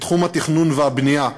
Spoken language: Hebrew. בתחום התכנון והבנייה,